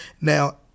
now